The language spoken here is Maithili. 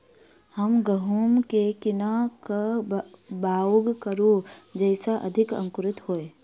हम गहूम केँ कोना कऽ बाउग करू जयस अधिक अंकुरित होइ?